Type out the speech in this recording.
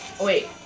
Wait